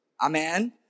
Amen